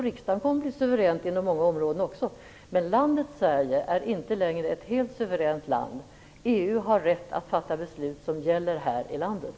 Riksdagen kommer att bli suveränt på många områden, men landet Sverige är inte längre ett helt suveränt land. EU har rätt att fatta beslut som gäller här i landet.